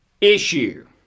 issue